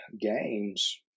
games